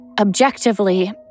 Objectively